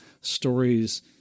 stories